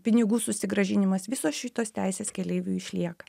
pinigų susigrąžinimas visos šitos teisės keleiviui išlieka